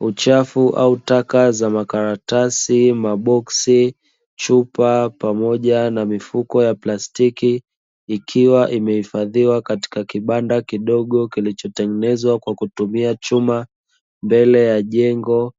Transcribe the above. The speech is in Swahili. Uchafu au taka za makaratasi, maboksi, chupa pamoja na mifuko ya plastiki. Ikiwa imehifadhiwa katika kibanda kidogo kilichotengenezwa kwa kutumia chuma, mbele ya jengo